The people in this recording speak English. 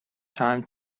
time